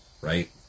right